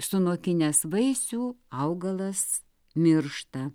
sunokinęs vaisių augalas miršta